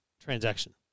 transaction